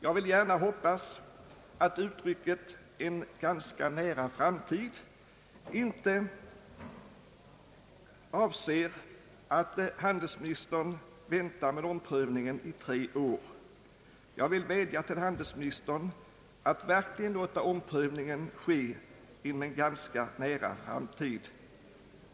Jag vill gärna hoppas att uttrycket »en ganska nära framtid» inte innebär att handelsministern väntar med omprövningen i tre år. Jag vill vädja till handelsministern att verkligen låta omprövningen ske »inom en ganska nära framtid».